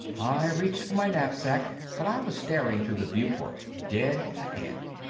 i reached for my knapsack, but i was staring through the viewport, dead ahead.